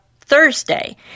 Thursday